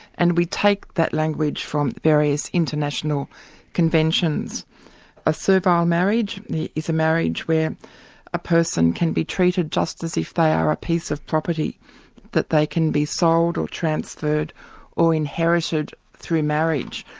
and we take that language from various international conventions a servile marriage is a marriage where a person can be treated just as if they are a piece of property that they can be sold or transferred or inherited through marriage.